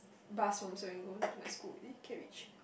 bus from Serangoon to my school is it Kent-Ridge